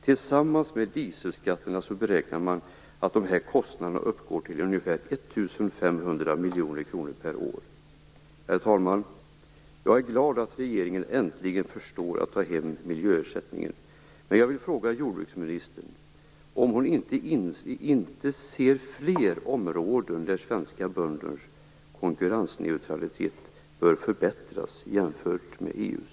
Tillsammans med dieselskatterna beräknas dessa kostnader uppgå till 1 500 miljoner kronor per år. Herr talman! Jag är glad att regeringen äntligen förstår att ta hem miljöersättningen. Men jag vill fråga jordbruksministern om hon inte ser fler områden där svenska bönders konkurrensneutralitet bör förbättras jämfört med EU:s.